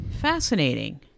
Fascinating